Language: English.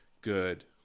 good